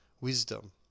wisdom